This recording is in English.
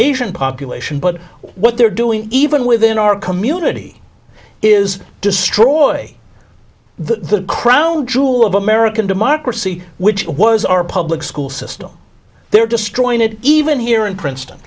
asian population but what they're doing even within our community is destroy the crown jewel of american democracy which was our public school system they're destroying it even here in princeton